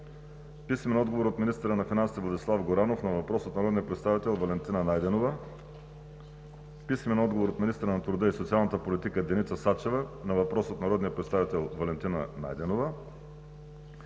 Сидорова; - министъра на финансите Владислав Горанов на въпрос от народния представител Валентина Найденова; - министъра на труда и социалната политика Деница Сачева на въпрос от народния представител Валентина Найденова;